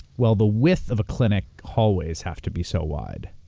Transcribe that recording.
well, the width of a clinic hallways have to be so wide,